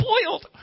spoiled